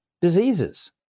diseases